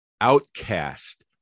outcast